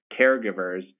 caregivers